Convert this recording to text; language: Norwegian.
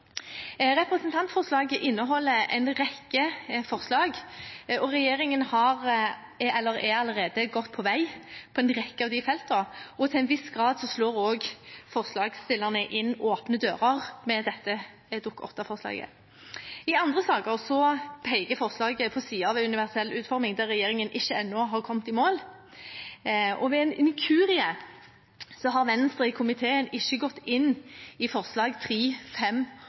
Representantforslaget inneholder en rekke forslag, og regjeringen er allerede godt på vei på en rekke av de feltene. Til en viss grad slår også forslagsstillerne inn åpne dører med dette Dokument 8-forslaget. I andre saker peker forslaget på sider ved universell utforming der regjeringen ennå ikke er kommet i mål. Ved en inkurie har Venstre i komiteen ikke gått inn i